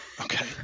okay